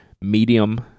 medium